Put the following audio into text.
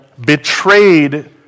betrayed